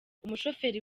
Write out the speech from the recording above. umushoferi